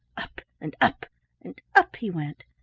up and up and up he went.